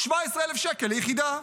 17,000 ליחידה.